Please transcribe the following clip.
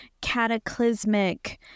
cataclysmic